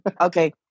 Okay